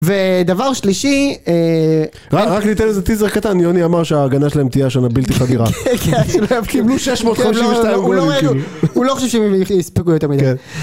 ודבר שלישי, רק ניתן לזה טיזר קטן, יוני אמר שההגנה שלהם תהיה השנה בלתי חדירה. כן, כן, כן, הם קיבלו שש מאות חמישים ושתיים גולים כאילו. הוא לא חושב שהם יספגו את המידע.